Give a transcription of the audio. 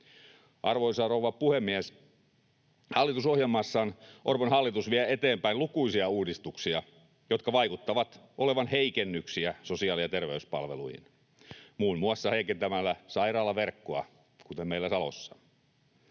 Arvoisa rouva puhemies! Hallitusohjelmassaan Orpon hallitus vie eteenpäin lukuisia uudistuksia, jotka vaikuttavat olevan heikennyksiä sosiaali- ja terveyspalveluihin, muun muassa heikentämällä sairaalaverkkoa, kuten meillä Salossa.